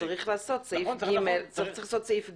אז צריך לעשות סעיף (ג),